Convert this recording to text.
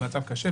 במצב קשה,